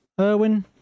Irwin